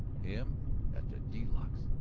him at the de luxe!